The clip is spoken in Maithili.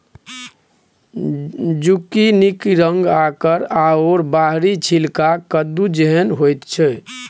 जुकिनीक रंग आकार आओर बाहरी छिलका कद्दू जेहन होइत छै